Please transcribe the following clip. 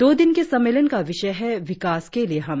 दो दिन के सम्मेलन का विषय है विकास के लिए हम